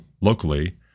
locally